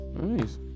Nice